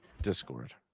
Discord